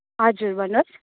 हजुर भन्नुहोस्